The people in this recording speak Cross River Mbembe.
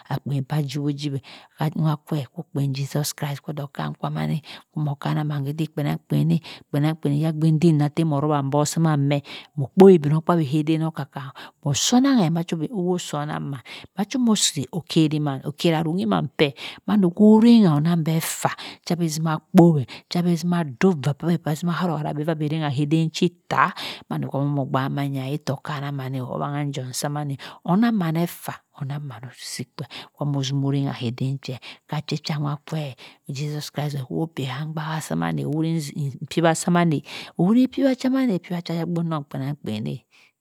Akpien kwa jiwo jiweh kah nwah kwe okpien jesus christ kodey okan samaneh omoh kannah manh sidi kpienangkpien kpienangkpien yagbin heh moh rowah mbuck samnan meh moh kpowi igbmokpobi kaden okar kah moh soh nanghe ma sor nangh mann mah soh mohsi okeri mann okeri arrunghi mann per mandoh oriyoh onang beh faa che bhe zima kpowe cha veh zima ddoh var sabeh abeh zimoh haro hara ovah beh anah hiweh eden chi ttah mando amoh gba mangha itta kanamaneh awangha njom samaneh onang maan efa onang maan osi feh kwa moh zino rangha keh dern che kah che kwa nwa kwe jesus christ ho paay han ngbaha samaneh oruhi ikpiwa sa oyagbinong sah oyagbin mah kpienangh kpien.